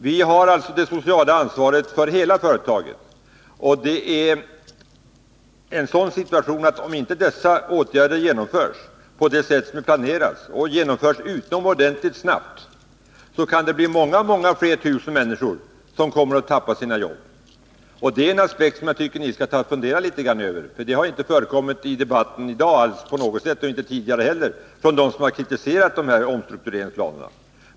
Vi har alltså det sociala ansvaret för hela företaget, och det är en sådan situation att om dessa åtgärder inte genomförs på det sätt som planeras och genomförs utomordentligt snabbt, kan många flera tusen människor förlora sina jobb. Det är en aspekt som jag tycker att ni skall fundera litet över, för det har inte förekommit i debatten i dag, och inte heller tidigare, bland dem som har kritiserat dessa omfördelningsplaner.